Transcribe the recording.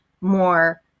More